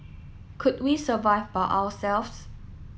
could we survive by ourselves